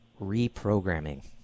reprogramming